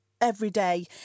everyday